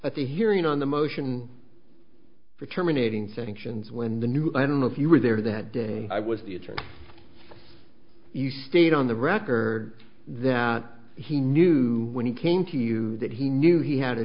at the hearing on the motion for terminating sanctions when the new i don't know if you were there that day i was the attorney you stayed on the rocker that he knew when he came to you that he knew he had a